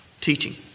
teaching